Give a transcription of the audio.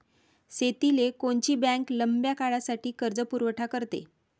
शेतीले कोनची बँक लंब्या काळासाठी कर्जपुरवठा करते?